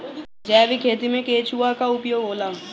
जैविक खेती मे केचुआ का उपयोग होला?